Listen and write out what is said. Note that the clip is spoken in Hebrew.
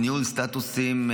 ניהול סטטוסים,